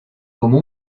como